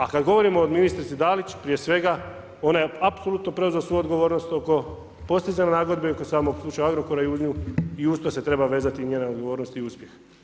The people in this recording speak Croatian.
A kad govorimo o ministrici Dalić, prije svega ona je apsolutno preuzela svu odgovornost oko postizanja nagodbe i oko samog slučaja Agrokora i uz to se treba vezati njena odgovornost i uspjeh.